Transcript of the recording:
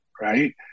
right